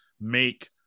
make